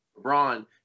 LeBron